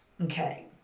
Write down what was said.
okay